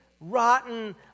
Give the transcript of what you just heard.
rotten